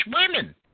women